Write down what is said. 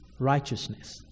righteousness